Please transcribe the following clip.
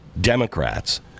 Democrats